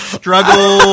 struggle